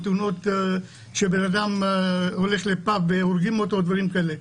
או תאונות שבן אדם הולך לפאב והורגים אותו או דברים כאלה.